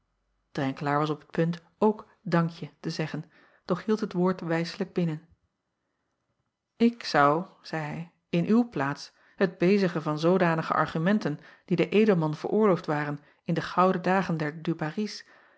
renkelaer was op het punt ook dankje te zeggen doch hield het woord wijslijk binnen k zou zeî hij in uwe plaats het bezigen van zoodanige argumenten die den edelman veroorloofd waren in de gouden dagen der ubarrys